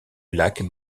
lac